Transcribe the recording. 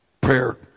prayer